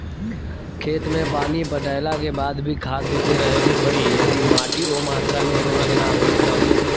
खेत मे पानी पटैला के बाद भी खाद देते रहे के पड़ी यदि माटी ओ मात्रा मे उर्वरक ना होई तब?